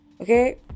okay